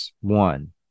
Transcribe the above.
one